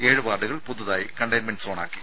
ഏഴ് വാർഡുകൾ പുതുതായി കണ്ടെയ്ൻമെന്റ് സോണാക്കി